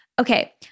Okay